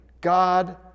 God